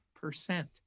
percent